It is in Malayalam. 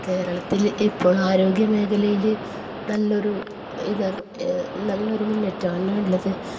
കേരളത്തിൽ ഇപ്പോൾ ആരോഗ്യ മേഖലയിൽ നല്ലൊരു ഇതാണ് നല്ലൊരു മുന്നേറ്റമാണുള്ളത്